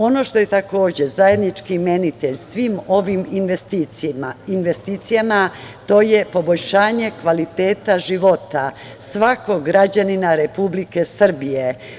Ono što je zajednički imenitelj svim ovim investicijama jeste poboljšanje kvaliteta života svakog građanina Republike Srbije.